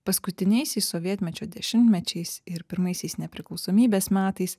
paskutiniaisiais sovietmečio dešimtmečiais ir pirmaisiais nepriklausomybės metais